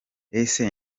ese